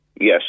Yes